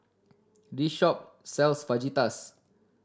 this shop sells Fajitas